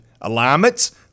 Alignments